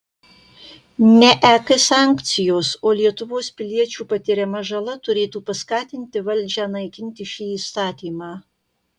ne ek sankcijos o lietuvos piliečių patiriama žala turėtų paskatinti valdžią naikinti šį įstatymą